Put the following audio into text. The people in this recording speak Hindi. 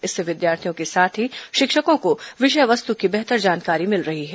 इससे विद्यार्थियों के साथ ही शिक्षकों को विषय वस्तु की बेहतर जानकारी मिल रही है